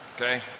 Okay